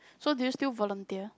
so do you still volunteer